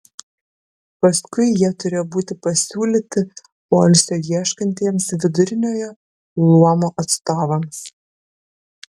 paskui jie turėjo būti pasiūlyti poilsio ieškantiems viduriniojo luomo atstovams